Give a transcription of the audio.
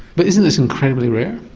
but isn't this incredibly rare?